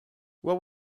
what